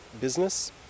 business